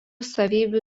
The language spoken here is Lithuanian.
savybių